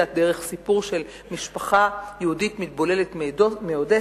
דרך סיפור של משפחה יהודית מתבוללת מאודסה,